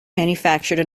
manufactured